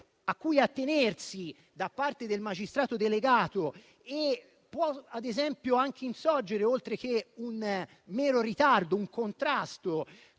a cui attenersi da parte del magistrato delegato, può ad esempio anche insorgere, oltre a un mero ritardo, un contrasto